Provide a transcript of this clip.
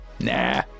Nah